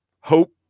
hope